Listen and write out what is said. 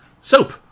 soap